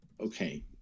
Okay